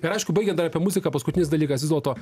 ir aišku baigiant dar apie muziką paskutinis dalykas vis dėlto